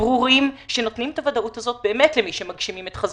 ברורים שנותנים את הוודאות הזאת למי שמגשים את חזון,